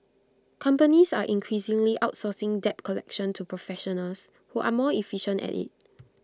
companies are increasingly outsourcing debt collection to professionals who are more efficient at IT